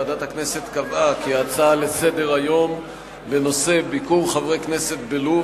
ועדת הכנסת קבעה כי ההצעות לסדר-היום בנושא: ביקור חברי כנסת בלוב,